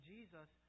Jesus